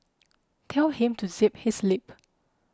tell him to zip his lip